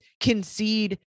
concede